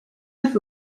neuf